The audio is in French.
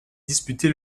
disputé